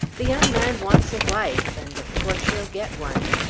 the young man wants a wife, and of course he'll get one.